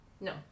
No